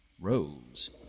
rose